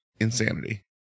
Insanity